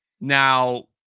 Now